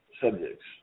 subjects